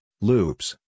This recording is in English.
loops